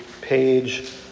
page